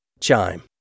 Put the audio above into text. Chime